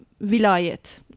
vilayet